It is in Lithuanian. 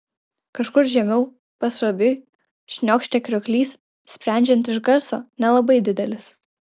kažkur žemiau pasroviui šniokštė krioklys sprendžiant iš garso nelabai didelis